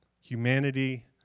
Humanity